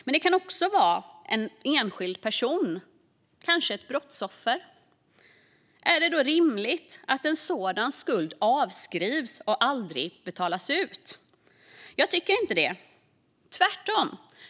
Men det kan också vara en enskild person, kanske ett brottsoffer. Är det då rimligt att en sådan skuld avskrivs och aldrig betalas ut? Jag tycker inte det, tvärtom.